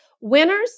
winners